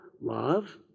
Love